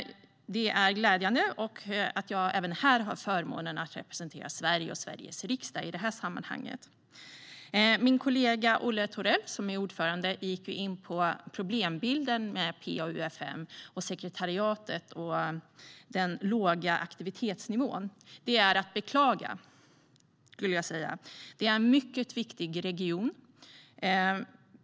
Det är glädjande att jag har förmånen att representera Sverige och Sveriges riksdag även i detta sammanhang. Min kollega Olle Thorell, som är ordförande, gick in på problembilden med PA-UfM, sekretariatet och den låga aktivitetsnivån. Detta är att beklaga, skulle jag vilja säga. Det här är en mycket viktig region.